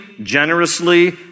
generously